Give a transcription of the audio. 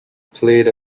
played